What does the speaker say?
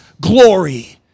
glory